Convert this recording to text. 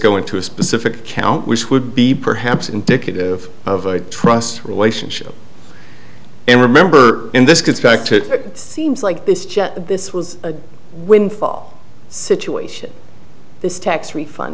go into a specific count which would be perhaps indicative of a trust relationship and remember in this gets back to seems like this jet this was a windfall situation this tax refund